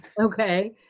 Okay